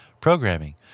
programming